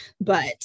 but-